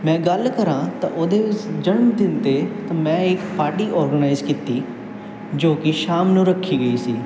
ਮੈਂ ਗੱਲ ਕਰਾਂ ਤਾਂ ਉਹਦੇ ਜਨਮ ਦਿਨ 'ਤੇ ਮੈਂ ਇੱਕ ਪਾਰਟੀ ਔਰਗਨਾਈਜ਼ ਕੀਤੀ ਜੋ ਕਿ ਸ਼ਾਮ ਨੂੰ ਰੱਖੀ ਗਈ ਸੀ